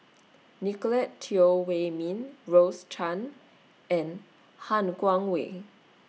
Nicolette Teo Wei Min Rose Chan and Han Guangwei